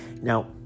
Now